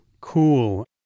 cool